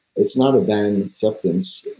it's not a banned substance